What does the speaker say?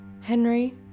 Henry